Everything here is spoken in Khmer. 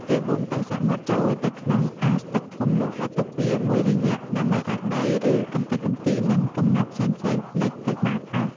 គេបូមទឹកសមុទ្រចូលទៅក្នុងអាងស្តុកធំនោះ ហើយទុកវាមួយរយៈដើម្បីឲ្យដី ឬកម្ទេចកម្ទី និងកំណកផ្សេងៗលិចទៅបាតអស់។